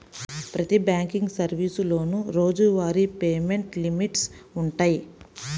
ప్రతి బ్యాంకింగ్ సర్వీసులోనూ రోజువారీ పేమెంట్ లిమిట్స్ వుంటయ్యి